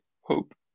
Hope